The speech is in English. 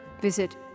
visit